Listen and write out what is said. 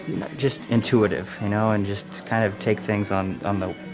just intuitive, you know, and just kind of take things on, on the,